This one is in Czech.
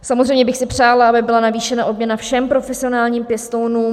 Samozřejmě bych si přála, aby byla navýšena odměna všem profesionálním pěstounům.